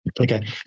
Okay